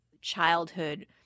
childhood